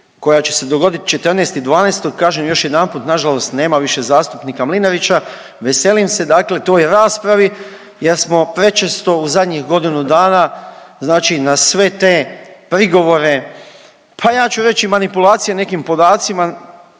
koja će se dogodit 14.12.. Kažem još jedanput, nažalost nema više zastupnika Mlinarića, veselim se dakle toj raspravi jer smo prečesto u zadnjih godinu dana znači na sve te prigovore, pa ja ću reći i manipulacije nekim podacima,